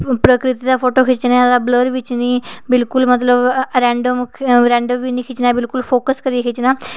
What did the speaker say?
प्रकृति दा फोटो खिच्चने आं ब्लर बिच बिल्कुल मतलब रैंडम निं खिच्चना बिल्कल फोकस करियै खिच्चना